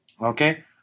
Okay